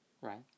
Right